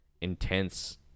intense